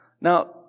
Now